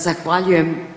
Zahvaljujem.